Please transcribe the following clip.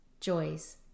joys